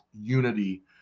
unity